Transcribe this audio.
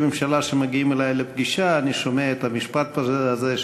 ממשלה שמגיעים אלי לפגישה אני שומע את המשפט הזה,